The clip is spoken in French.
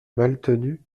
maltenu